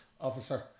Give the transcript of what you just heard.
officer